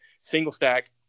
single-stack